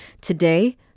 today